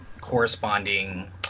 corresponding